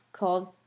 called